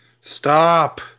stop